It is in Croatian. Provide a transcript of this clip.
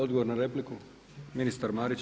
Odgovor na repliku ministar Marić.